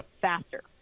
faster